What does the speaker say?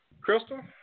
Crystal